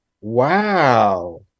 Wow